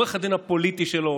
עורך הדין הפוליטי שלו,